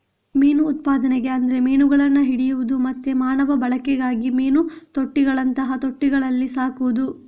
ಮೀನು ಉತ್ಪಾದನೆ ಅಂದ್ರೆ ಮೀನುಗಳನ್ನ ಹಿಡಿಯುದು ಮತ್ತೆ ಮಾನವ ಬಳಕೆಗಾಗಿ ಮೀನು ತೊಟ್ಟಿಗಳಂತಹ ತೊಟ್ಟಿಗಳಲ್ಲಿ ಸಾಕುದು